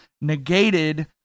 negated